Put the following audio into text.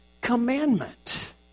commandment